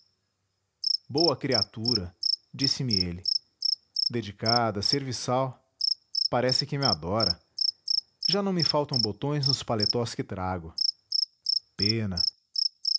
boa criatura disse-me ele dedicada serviçal parece que me adora já me não faltam botões nos paletós que trago pena